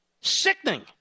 Sickening